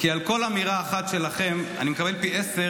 כי על כל אמירה אחת שלכם אני מקבל פי עשרה